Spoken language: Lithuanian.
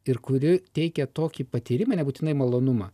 ir kuri teikia tokį patyrimą nebūtinai malonumą